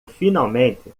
finalmente